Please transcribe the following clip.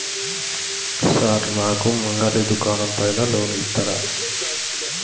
Sir నాకు మంగలి దుకాణం పైన లోన్ ఇత్తరా?